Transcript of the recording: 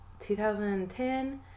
2010